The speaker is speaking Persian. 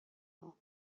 اون